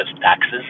taxes